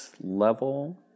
level